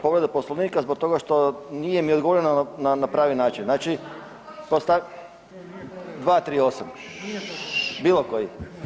Povreda Poslovnika zbog toga što nije mi odgovoreno na pravi način, znači 238., bilo koji.